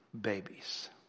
babies